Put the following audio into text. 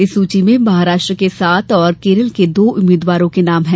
इस सूची में महाराष्ट्र के सात और केरल के दो उम्मीदवारों के नाम हैं